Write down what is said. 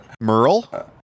Merle